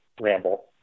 ramble